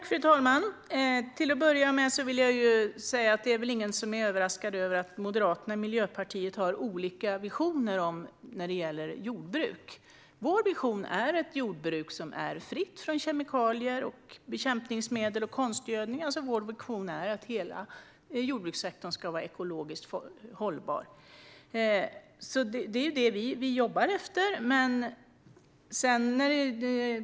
Fru talman! Ingen är väl överraskad över att Moderaterna och Miljöpartiet har olika visioner när det gäller jordbruk. Vår vision är ett jordbruk som är fritt från kemikalier, bekämpningsmedel och konstgödning. Vår vision är alltså att hela jordbrukssektorn ska vara ekologiskt hållbar. Det är det vi jobbar för.